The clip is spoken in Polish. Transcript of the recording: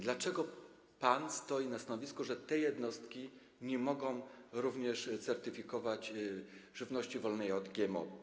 Dlaczego pan stoi na stanowisku, że te jednostki nie mogą również certyfikować żywności wolnej od GMO?